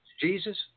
Jesus